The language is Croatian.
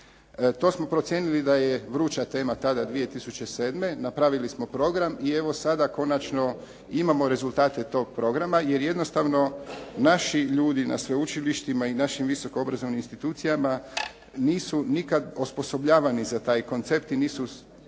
To smo procijenili da je vruća tema tada 2007., napravili smo program i evo sada konačno imamo rezultate tog programa, jer jednostavno naši ljudi na sveučilištima i našim visokoobrazovnim institucijama nisu nikad osposobljavani za taj koncept i nisu